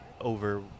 over